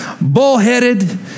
bullheaded